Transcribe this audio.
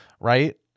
right